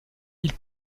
ils